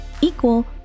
equal